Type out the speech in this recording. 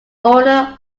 owner